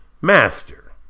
Master